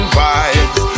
vibes